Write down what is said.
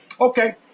Okay